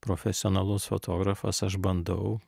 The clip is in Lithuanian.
profesionalus fotografas aš bandau